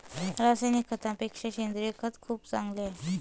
रासायनिक खतापेक्षा सेंद्रिय खत खूप चांगले आहे